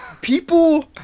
People